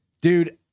Dude